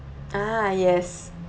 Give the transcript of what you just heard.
ah yes